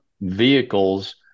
vehicles